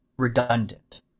redundant